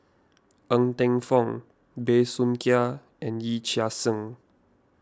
Ng Teng Fong Bey Soo Khiang and Yee Chia Hsing